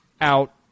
out